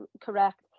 correct